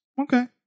Okay